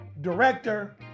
director